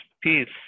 peace